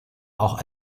auch